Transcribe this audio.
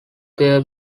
there